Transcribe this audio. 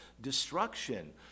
destruction